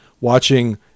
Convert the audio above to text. watching